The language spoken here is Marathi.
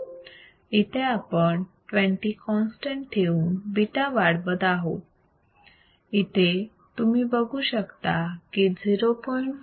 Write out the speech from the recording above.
इथे आपण 20 कॉन्स्टंट ठेवून β वाढवत आहोत इथे तुम्ही बघू शकता की0